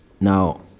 Now